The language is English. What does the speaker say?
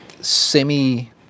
semi